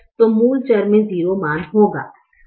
तो मूल चर में 0 मान होगा